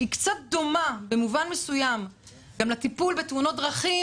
שהיא קצת דומה במובן מסוים לטיפול בתאונות דרכים,